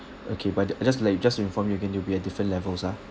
okay but just to let you just to inform you again you'll be at different levels ah